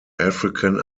african